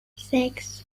sechs